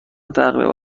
تقریبا